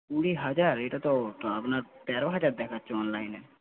কুড়ি হাজার এটা তো আপনার তেরো হাজার দেখাচ্ছে অনলাইনে